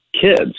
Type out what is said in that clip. kids